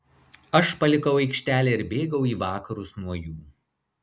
aš palikau aikštelę ir bėgau į vakarus nuo jų